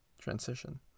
transition